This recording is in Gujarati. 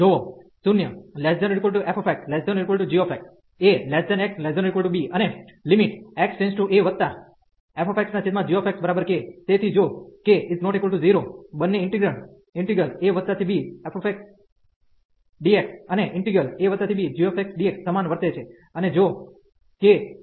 જોવો0≤fx≤gxax≤b અને fxgx k તેથી જો k ≠ 0 બંને ઈન્ટિગ્રેન્ડ abfxdxઅને abgxdx સમાન વર્તે છે